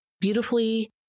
beautifully